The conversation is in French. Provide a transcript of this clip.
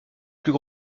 plus